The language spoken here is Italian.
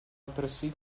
altresì